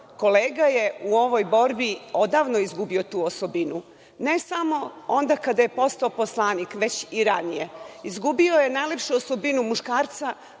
kolega je u ovoj borbi odavno izgubio tu osobinu. Ne samo onda kada je postao poslanik, već i ranije. Izgubio je najlepšu osobinu muškarca,